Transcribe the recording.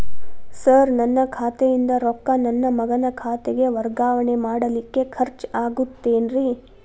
Sir ನನ್ನ ಖಾತೆಯಿಂದ ರೊಕ್ಕ ನನ್ನ ಮಗನ ಖಾತೆಗೆ ವರ್ಗಾವಣೆ ಮಾಡಲಿಕ್ಕೆ ಖರ್ಚ್ ಆಗುತ್ತೇನ್ರಿ?